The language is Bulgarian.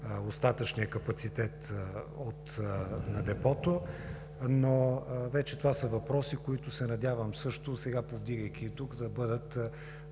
остатъчният капацитет от Депото. Това вече са въпроси, които се надявам също сега, повдигайки ги тук, да бъдат